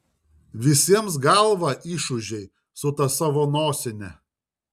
visiems galvą išūžei su ta savo nosine